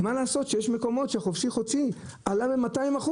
מה לעשות שיש מקומות שחופשי-חודשי עלה ב-200%.